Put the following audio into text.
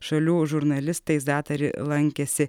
šalių žurnalistais zatari lankėsi